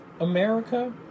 America